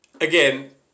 Again